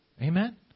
Amen